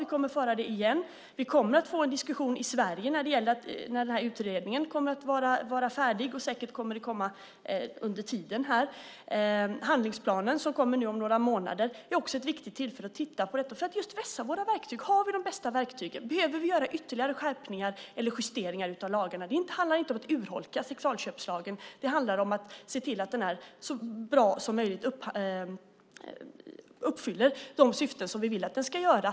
Vi kommer att föra den igen. Vi kommer att få en diskussion i Sverige när utredningen är färdig, och säkert under tiden till dess. Handlingsplanen som kommer om några månader är också ett viktigt tillfälle att titta på det här för att just vässa våra verktyg. Har vi de bästa verktygen? Behöver vi göra ytterligare skärpningar eller justeringar av lagarna? Det handlar inte om att urholka sexköpslagen. Det handlar om att se till att den är så bra som möjligt och uppfyller de syften som vi vill att den ska uppfylla.